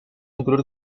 incluir